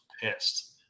pissed